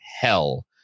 hell